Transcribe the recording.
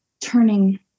turning